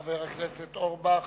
חבר הכנסת אורבך,